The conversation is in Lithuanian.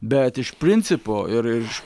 bet iš principo ir iš